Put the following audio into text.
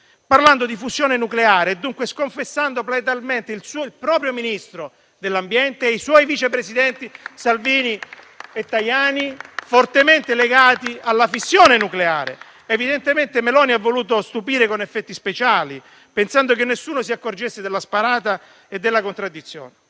parlando di fusione nucleare, dunque sconfessando platealmente il proprio Ministro dell'ambiente e i suoi vice presidenti Salvini e Tajani, fortemente legati alla fissione nucleare. Evidentemente, Meloni ha voluto stupire con effetti speciali, pensando che nessuno si accorgesse della sparata e della contraddizione;